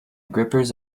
grippers